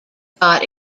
got